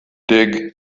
dig